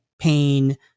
pain